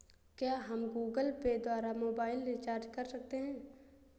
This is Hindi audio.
क्या हम गूगल पे द्वारा मोबाइल रिचार्ज कर सकते हैं?